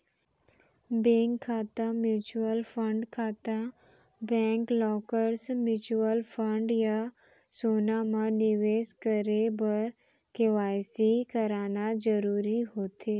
bank खाता, mutual fund खाता, bank lockers, mutual fund या सोना म निवेस करे बर के.वाई.सी कराना जरूरी होथे